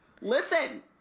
Listen